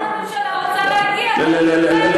חבר הכנסת פייגלין ישמח לשמוע לאן הממשלה רוצה להגיע.